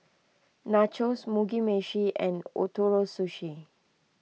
Nachos Mugi Meshi and Ootoro Sushi